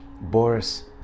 Boris